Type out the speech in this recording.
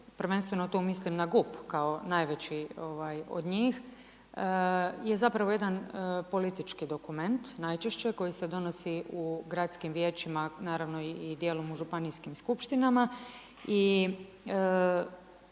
prvenstveno tu mislim na GUP, kao najveći od njih je zapravo jedan politički dokument najčešće koji se donosi u gradskim vijećima, naravno i dijelom u županijskim skupštinama. I